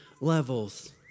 levels